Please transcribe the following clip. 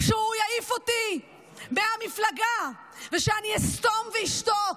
שהוא יעיף אותי מהמפלגה ושאני אסתום ואשתוק,